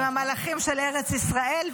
עם המלאכים של ארץ ישראל.